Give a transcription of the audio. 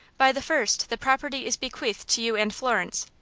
by the first the property is bequeathed to you and florence.